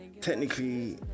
Technically